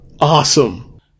Awesome